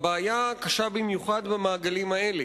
הבעיה קשה במיוחד במעגלים האלה